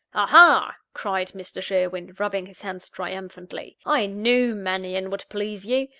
aha! cried mr. sherwin, rubbing his hands triumphantly i knew mannion would please you.